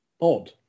odd